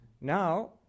Now